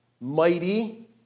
mighty